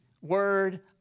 word